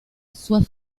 soit